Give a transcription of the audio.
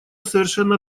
совершенно